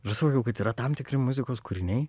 ir aš suvokiau kad yra tam tikri muzikos kūriniai